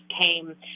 came